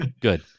good